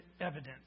evident